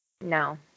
No